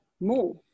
more